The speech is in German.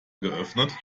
geöffnet